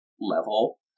level